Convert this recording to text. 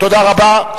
תודה רבה.